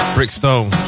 Brickstone